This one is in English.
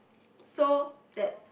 so that